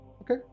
Okay